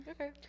Okay